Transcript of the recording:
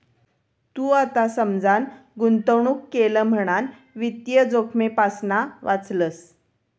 तू आता समजान गुंतवणूक केलं म्हणान वित्तीय जोखमेपासना वाचलंस